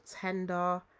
tender